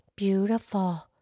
Beautiful